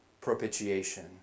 propitiation